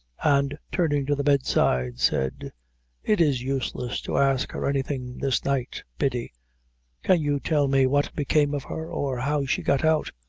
and turning to the bedside, said it is useless to ask her anything this night, biddy. can you tell me what became of her, or how she got out?